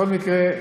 בכל מקרה,